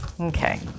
okay